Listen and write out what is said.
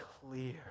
clear